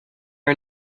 are